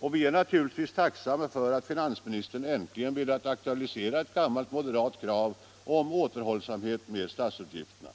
och vi är naturligtvis tacksamma för att finansministern äntligen velat aktualisera ett gammalt moderat krav om återhållsamhet med statsutgifterna.